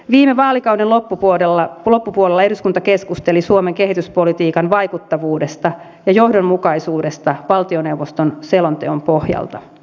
viime vaalikauden loppupuolella eduskunta keskusteli suomen kehityspolitiikan vaikuttavuudesta ja johdonmukaisuudesta valtioneuvoston selonteon pohjalta